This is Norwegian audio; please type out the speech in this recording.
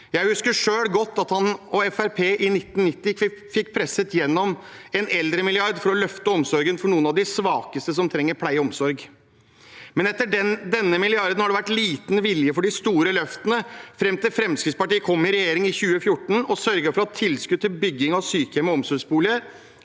Jeg husker selv godt at han og Fremskrittspartiet i 1990 fikk presset gjennom en eldremilliard, for å løfte omsorgen for noen av de svakeste som trenger pleie og omsorg. Etter denne milliarden har det vært liten vilje til de store løftene, fram til Fremskrittspartiet kom i regjering i 2014 og sørget for at tilskudd til bygging av sykehjem og omsorgsboliger